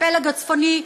הפלג הצפוני,